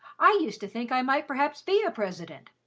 i used to think i might perhaps be a president,